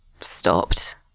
stopped